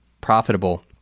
profitable